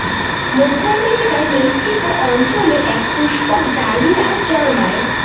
মধ্য আমেরিকার মেক্সিকো অঞ্চলে এক পুষ্পক ডালিয়া জন্মায়